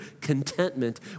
contentment